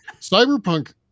cyberpunk